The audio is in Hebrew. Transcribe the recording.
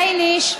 בייניש,